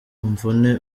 mvune